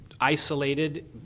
isolated